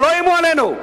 שלא יאיימו עלינו.